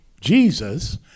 Jesus